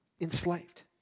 enslaved